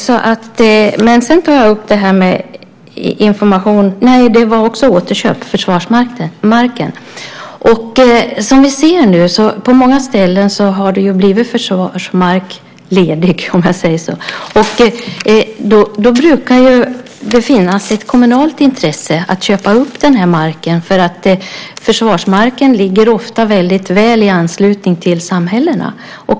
Det ställdes också en fråga om återköp av Försvarsmaktens mark. Som vi nu ser har det på många ställen blivit försvarsmark ledig, om jag uttrycker mig så. Det brukar finnas ett kommunalt intresse att köpa upp den marken. Försvarsmarken ligger ofta väldigt väl i anslutning till samhällena.